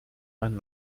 einen